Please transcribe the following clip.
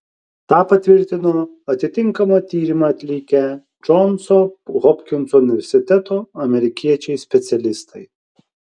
tą patvirtino atitinkamą tyrimą atlikę džonso hopkinso universiteto amerikiečiai specialistai